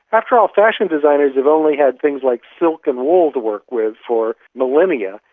after all, fashion designers have only had things like silk and wool to work with for millennia,